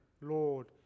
Lord